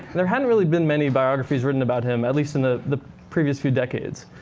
there hadn't really been many biographies written about him, at least in the the previous few decades.